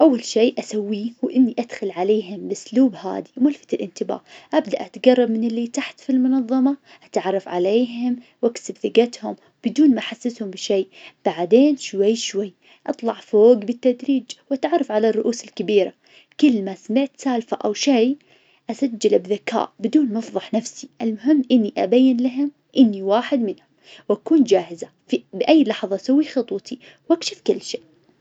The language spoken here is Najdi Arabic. أول شي أسويه هو إني أدخل عليهم بإسلوب هادي وما ألفت الإنتباه. ابدأ أتقرب من اللي تحت في المنظمة أتعرف عليهم وأكسب ثقتهم بدون ما أحسسهم بشي. بعدين شوي شوي أطلع فوق بالتدريج وأتعرف على الرؤوس الكبيرة. كلمة سمعت سالفة أو شي اسجل بذكاء بدون ما افظح نفسي المهم إني أبين لهم إني واحد منهم وأكون جاهزة في- بأي لحظة سوي خطوتي وأكشف كل شي.